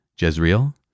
Jezreel